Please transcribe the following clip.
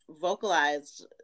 vocalized